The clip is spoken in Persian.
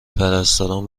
پرستاران